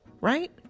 right